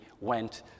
went